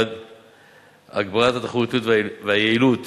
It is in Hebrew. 1. הגברת התחרותיות והיעילות